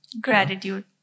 Gratitude